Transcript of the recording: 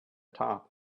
top